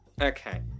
Okay